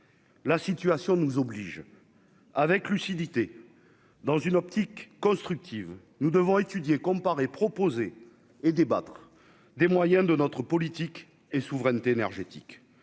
la situation nous oblige avec lucidité dans une optique constructive, nous devons étudier comparer et débattre des moyens de notre politique et souveraineté énergétique